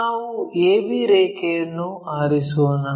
ನಾವು A B ರೇಖೆಯನ್ನು ಆರಿಸೋಣ